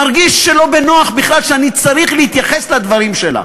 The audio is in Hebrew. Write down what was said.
מרגיש שלא בנוח בכלל שאני צריך להתייחס לדברים שלה.